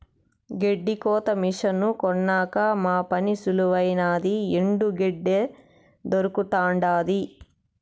గెడ్డి కోత మిసను కొన్నాక మా పని సులువైనాది ఎండు గెడ్డే దొరకతండాది